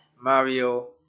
Mario